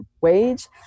wage